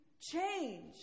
change